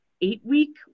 eight-week